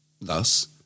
Thus